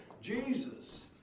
Jesus